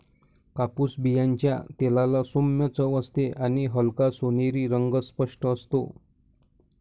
कापूस बियांच्या तेलाला सौम्य चव असते आणि हलका सोनेरी रंग स्पष्ट असतो